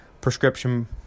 prescription